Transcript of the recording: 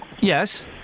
Yes